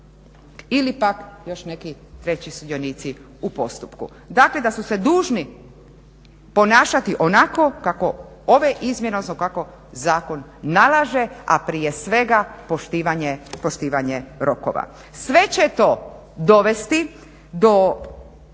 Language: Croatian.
ili pak još neki treći sudionici u postupku. Dakle, da su se dužni ponašati onako kako ove izmjene, odnosno kako zakon nalaže, a prije svega poštivanje rokova. Sve će to dovesti do